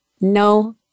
No